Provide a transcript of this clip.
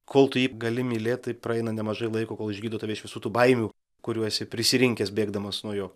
kol tu jį gali mylėt tai praeina nemažai laiko kol išgydo tave iš visų tų baimių kurių esi prisirinkęs bėgdamas nuo jo